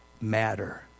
matter